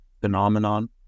phenomenon